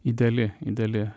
ideali ideali